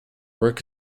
work